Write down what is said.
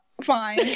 fine